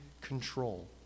control